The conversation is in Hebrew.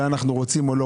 אם אנחנו רוצים או לא